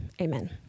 Amen